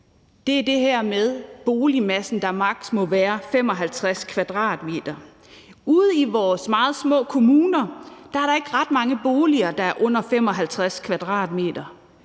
er det med boligmassen, der maks. må være 55 m2. Ude i vores meget små kommuner er der ikke ret mange boliger, der er under 55 m2.